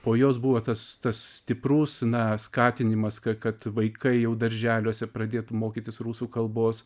po jos buvo tas tas stiprus na skatinimas kad vaikai jau darželiuose pradėti mokytis rusų kalbos